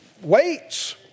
Weights